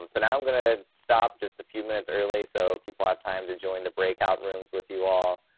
um so now i'm gonna stop just a few minutes early. so people have time to join the breakout rooms with you all.